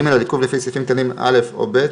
(ג) על עיכוב לפי סעיפים קטנים (א) או (ב)